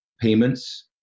payments